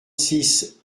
six